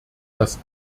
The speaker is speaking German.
das